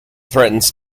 threatens